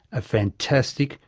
a fantastic,